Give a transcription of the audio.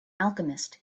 alchemist